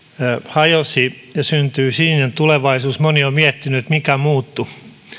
hajosi ja syntyi sininen tulevaisuus moni on miettinyt mikä muuttui